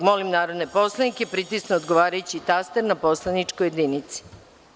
Molim narodne poslanike da pritisnu odgovarajući taster na poslaničkoj jedinici.